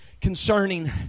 concerning